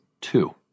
two